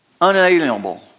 unalienable